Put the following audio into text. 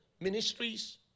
Ministries